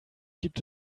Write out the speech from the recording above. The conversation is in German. gibt